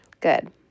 Good